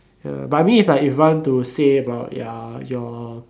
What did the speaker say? ya but I mean if like if want to say about ya your